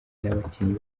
n’abakinnyi